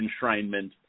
enshrinement